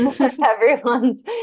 everyone's